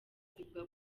zivuga